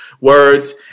words